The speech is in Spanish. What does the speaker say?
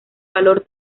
valor